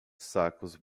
sacos